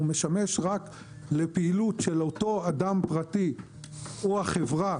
אלא משמש רק לפעילות של אותו אדם פרטי או החברה